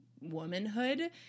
womanhood